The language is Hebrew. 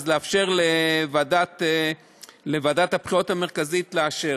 אז לאפשר לוועדת הבחירות המרכזית לאשר.